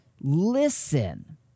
listen